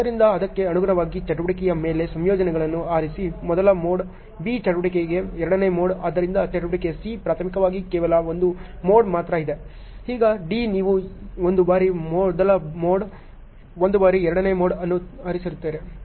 ಆದ್ದರಿಂದ ಅದಕ್ಕೆ ಅನುಗುಣವಾಗಿ ಚಟುವಟಿಕೆಯ ಮೇಲೆ ಸಂಯೋಜನೆಗಳನ್ನು ಆರಿಸಿ ಮೊದಲ ಮೋಡ್ B ಚಟುವಟಿಕೆ ಎರಡನೇ ಮೋಡ್ ಆದ್ದರಿಂದ ಚಟುವಟಿಕೆ C ಪ್ರಾಥಮಿಕವಾಗಿ ಕೇವಲ ಒಂದು ಮೋಡ್ ಮಾತ್ರ ಇದೆ ಈಗ D ನೀವು ಒಂದು ಬಾರಿ ಮೊದಲ ಮೋಡ್ ಒಂದು ಬಾರಿ ಎರಡನೇ ಮೋಡ್ ಅನ್ನು ಆರಿಸುತ್ತೀರಿ